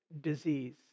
disease